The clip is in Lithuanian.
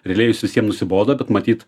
realiai jis visiem nusibodo bet matyt